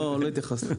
לא התייחסתי --- איזה?